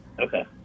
Okay